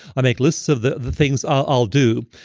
i make lists of the the things i'll do,